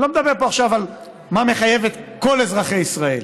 אני לא מדבר פה עכשיו על מה מחייב את כל אזרחי ישראל,